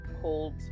hold